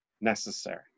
necessary